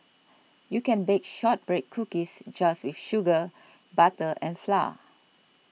you can bake Shortbread Cookies just with sugar butter and flour